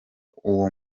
uwo